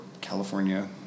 California